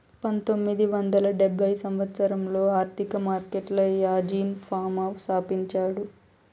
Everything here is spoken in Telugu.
పంతొమ్మిది వందల డెబ్భై సంవచ్చరంలో ఆర్థిక మార్కెట్లను యాజీన్ ఫామా స్థాపించాడు